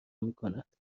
میکند